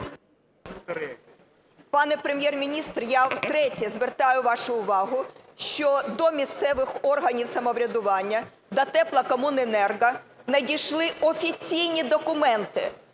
Пане Прем'єр-міністр, я втретє звертаю вашу увагу, що до місцевих органів самоврядування, до теплокомуненерго надійшли офіційні документи